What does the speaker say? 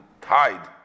tied